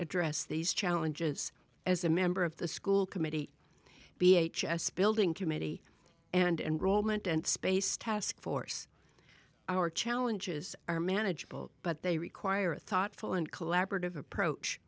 address these challenges as a member of the school committee b h s building committee and role meant and space task force our challenges are manageable but they require a thoughtful and collaborative approach